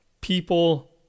people